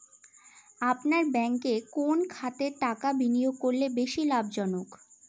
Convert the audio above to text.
আপনার ব্যাংকে কোন খাতে টাকা বিনিয়োগ করলে বেশি লাভজনক?